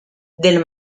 del